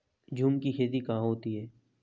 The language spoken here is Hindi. झूम की खेती कहाँ होती है?